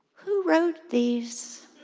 who wrote these?